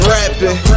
rapping